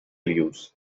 use